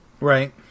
Right